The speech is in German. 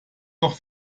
noch